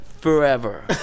forever